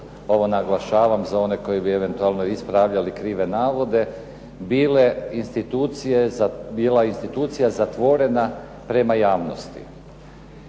ovo naglašavam za one koji bi eventualno ispravljali krive navode, bila institucija zatvorena prema javnosti.